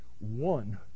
one